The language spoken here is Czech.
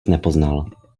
nepoznal